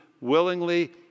willingly